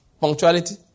punctuality